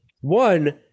One